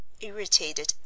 irritated